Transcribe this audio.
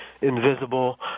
invisible